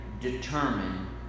determine